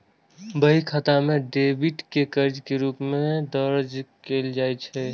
बही खाता मे डेबिट कें कर्ज के रूप मे दर्ज कैल जाइ छै